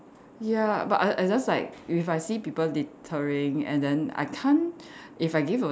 ya but I I just like if I see people littering and then I can't if I give a